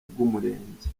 bw’umurenge